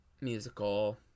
musical